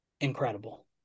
Incredible